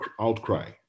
outcry